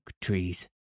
trees